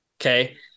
okay